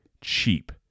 Cheap